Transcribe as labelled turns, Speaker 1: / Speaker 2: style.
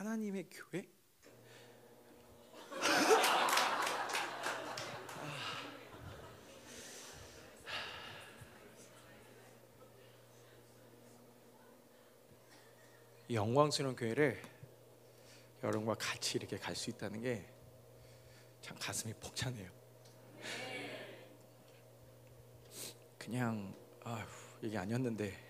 Speaker 1: 하나님의 교회? 아, 아, 이 영광스러운 교회를 여러분과 같이 이렇게 갈 수 있다는 게 참 가슴이 벅차네요. 그냥, 아휴, 이게 아니었는데.